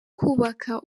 kubaka